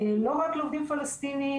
לא רק לעובדים פלסטינים,